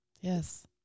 Yes